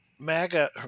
MAGA